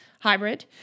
hybrid